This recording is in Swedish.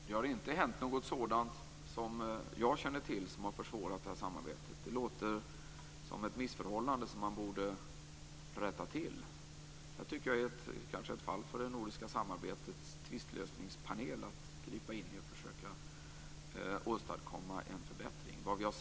Herr talman! Det har inte hänt något, vad jag känner till, som har försvårat det här samarbetet. Det låter som ett missförhållande som man borde rätta till. Det här kanske är ett fall för det nordiska samarbetets tvistlösningspanel att gripa in i och försöka åstadkomma en förbättring.